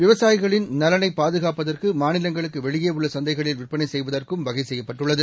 விவசாயிகளின் பாதுகாப்பதற்குமாநிலங்களுக்குவெளியேஉள்ளசந்தைகளில் நலனைப் விற்பனைசெய்வதற்குவகைசெய்யப்பட்டுள்ளது